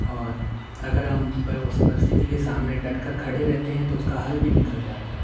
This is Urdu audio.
اور اگر ہم پہ اس پرستتھی کے سامنے ڈٹ کر کھڑے رہتے ہیں تو اس کا حل بھی نکل جاتا ہے